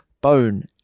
bone